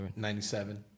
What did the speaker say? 97